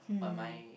but my